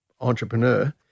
entrepreneur